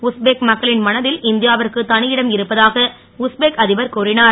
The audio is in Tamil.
உஸ்பெக் மக்களின் மன ல் இந் யா விற்கு த இடம் இருப்பதாக உஸ்பெக் அ பர் கூறிஞர்